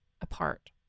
apart